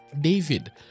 David